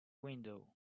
window